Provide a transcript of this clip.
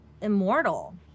immortal